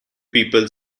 people